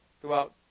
throughout